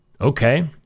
Okay